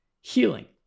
healing